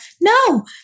No